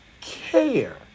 care